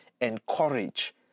encourage